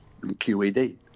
QED